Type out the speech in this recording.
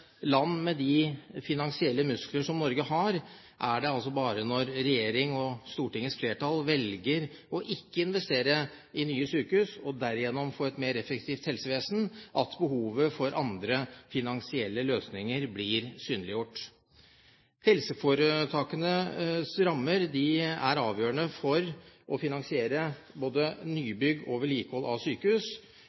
land med de finansielle muskler som Norge har, er det altså bare når regjering og Stortingets flertall velger ikke å investere i nye sykehus og derigjennom få et mer effektivt helsevesen, at behovet for andre finansielle løsninger blir synliggjort. Helseforetakenes rammer er avgjørende for å finansiere både nybygg og vedlikehold av sykehus,